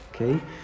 Okay